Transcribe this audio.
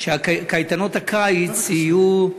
שקייטנות הקיץ יהיו,